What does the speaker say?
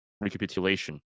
recapitulation